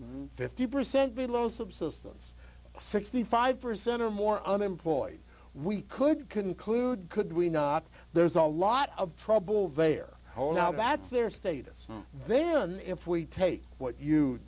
factors fifty percent below subsistence sixty five percent or more unemployed we could conclude could we not there's a lot of trouble there oh now that's their status then if we take what you